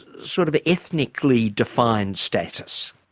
sort of, ethnically defined status.